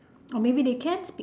or maybe they can speak